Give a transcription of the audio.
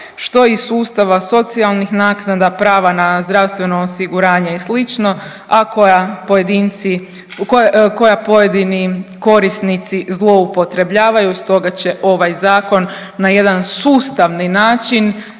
što iz sustava socijalnih naknada, prava na zdravstveno osiguranje i slično, a koja pojedinci, koja pojedini korisnici zloupotrebljavaju. Stoga će ovaj zakon na jedan sustavni način